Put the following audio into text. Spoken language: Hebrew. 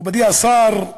מכובדי השר,